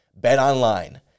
BetOnline